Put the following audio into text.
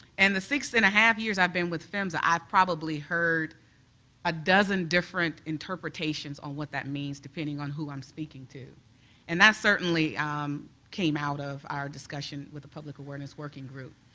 and the six and a half years i've been with phmsa, i've probably heard a dozen different interpretations on what that means depending who i'm speaking to and that certainly came out of our discussion with the public awareness working group.